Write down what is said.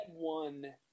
One